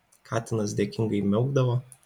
katinas dėkingai miaukdavo